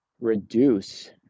reduce